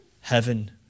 Heaven